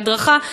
להדרכה,